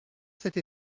cette